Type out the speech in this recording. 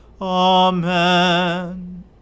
Amen